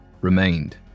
remained